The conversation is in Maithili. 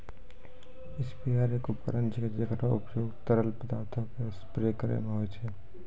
स्प्रेयर एक उपकरण छिकै, जेकरो उपयोग तरल पदार्थो क स्प्रे करै म होय छै